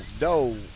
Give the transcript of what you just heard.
no